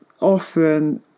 often